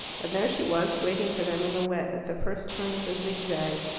and there she was, waiting for them in the wet, at the first turn of the zigzag.